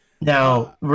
Now